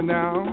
now